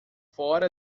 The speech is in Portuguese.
fora